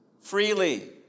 Freely